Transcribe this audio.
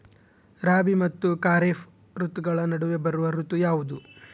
ರಾಬಿ ಮತ್ತು ಖಾರೇಫ್ ಋತುಗಳ ನಡುವೆ ಬರುವ ಋತು ಯಾವುದು?